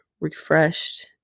refreshed